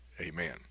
amen